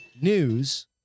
news